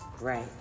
right